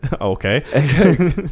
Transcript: okay